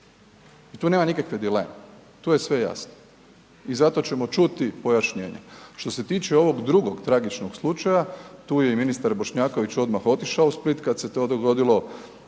i tu nema nikakve dileme, tu je sve jasno i zato ćemo čuti pojašnjenja. Što se tiče ovog drugog tragičnog slučaja, tu je i ministar Bošnjaković odmah otišao u Split kad se to dogodilo,